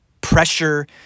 Pressure